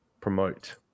promote